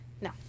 No